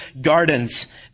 gardens